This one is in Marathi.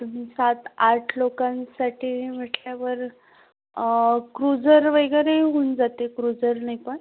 तुम्ही सात आठ लोकांसाठी म्हटल्यावर क्रूजर वगैरेही होऊन जाते क्रूजरने पण